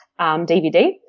dvd